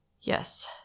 Yes